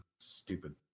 Stupid